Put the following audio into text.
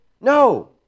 no